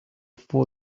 for